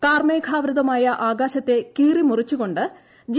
കാർമേഘാവൃതമായ ആകാശത്തെ കീറി മുറിച്ചുകൊണ്ട് ജി